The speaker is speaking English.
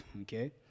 okay